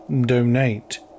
donate